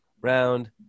round